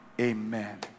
Amen